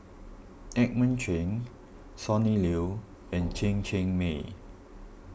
Edmund Chen Sonny Liew and Chen Cheng Mei